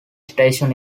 station